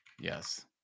Yes